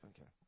Okay